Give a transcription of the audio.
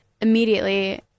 immediately